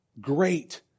Great